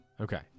Okay